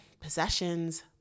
possessions